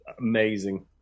amazing